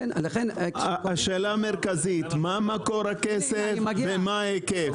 השאלה המרכזית מה מקור הכסף ומה ההיקף?